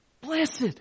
Blessed